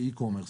לאיקומרס.